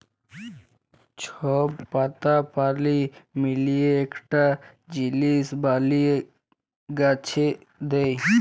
সব পাতা পালি মিলিয়ে একটা জিলিস বলিয়ে গাছে দেয়